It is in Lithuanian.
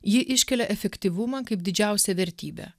ji iškelia efektyvumą kaip didžiausią vertybę